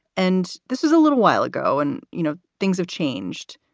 and this is a little while ago. and, you know, things have changed.